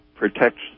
protects